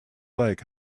like